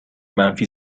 منفی